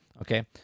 okay